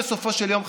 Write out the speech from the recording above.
בסופו של יום,